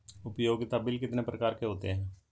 उपयोगिता बिल कितने प्रकार के होते हैं?